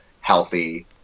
healthy